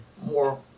more